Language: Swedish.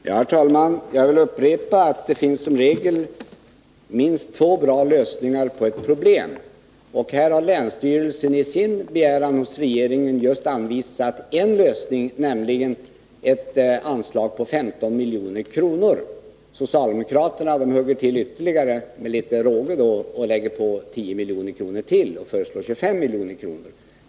Herr talman! Jag vill upprepa att det som regel finns minst två bra lösningar på ett problem. Länsstyrelsen har i sin begäran till regeringen anvisat en lösning, nämligen ett anslag på 15 milj.kr. Socialdemokraterna hugger till ytterligare, med litet råge, och lägger på 10 milj.kr. De föreslår 25 milj.kr.